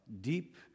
deep